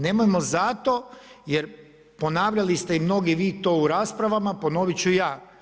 Nemojmo zato jer ponavljali ste mnogi vi to u raspravama, ponoviti ću i ja.